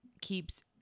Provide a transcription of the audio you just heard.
keeps